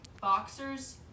boxers